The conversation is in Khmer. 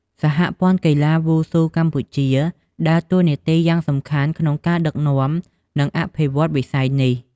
សហព័ន្ធកីឡាវ៉ូស៊ូកម្ពុជា ដើរតួនាទីយ៉ាងសំខាន់ក្នុងការដឹកនាំ និងអភិវឌ្ឍន៍វិស័យនេះ។